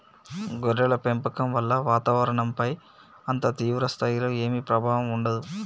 గొర్రెల పెంపకం వల్ల వాతావరణంపైన అంత తీవ్ర స్థాయిలో ఏమీ ప్రభావం ఉండదు